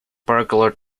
burglar